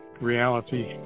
reality